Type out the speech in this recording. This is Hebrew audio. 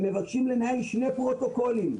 הם מבקשים לנהל שני פרוטוקולים,